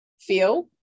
feel